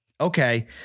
Okay